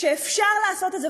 שאפשר לעשות את זה,